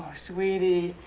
sweetie.